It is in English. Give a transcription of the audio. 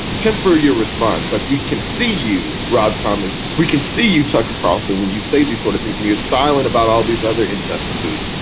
ah temper your response. like, we can see you, rob thomas. we can see you. tucker carlson, when you say these sort of things, we you're silent about all these other injustices,